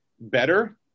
better